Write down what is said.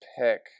pick